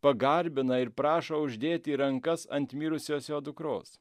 pagarbina ir prašo uždėti rankas ant mirusios jo dukros